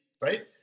right